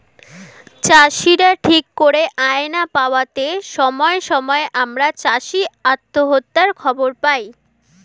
চাষীরা ঠিক করে আয় না পাওয়াতে সময়ে সময়ে আমরা চাষী আত্মহত্যার খবর পাই